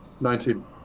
Nineteen